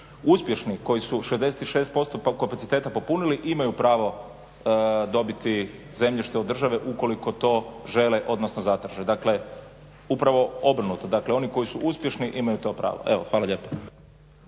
uspješni, koji su 66% kapaciteta popunili imaju pravo dobiti zemljište od države ukoliko to žele, odnosno zatraže. Dakle, upravo obrnuto. Dakle, oni koji su uspješni imaju to pravo. Evo, hvala lijepo.